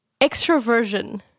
extroversion